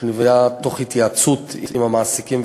בהתייעצות עם המעסיקים,